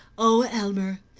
oh, elmer,